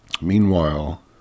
Meanwhile